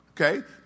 Okay